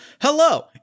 Hello